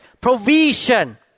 provision